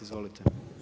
Izvolite.